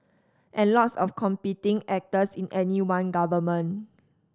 and lots of competing actors in any one government